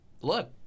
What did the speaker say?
look